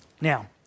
Now